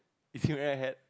is it a red hat